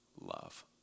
love